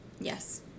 Yes